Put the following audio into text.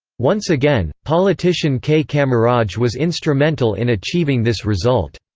once again, politician k. kamaraj was instrumental in achieving this result.